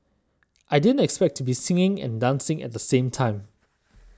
I didn't expect to be singing and dancing at the same time